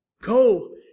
Go